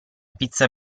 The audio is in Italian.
pizza